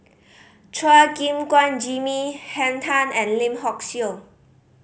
Chua Gim Guan Jimmy Henn Tan and Lim Hock Siew